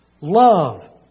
love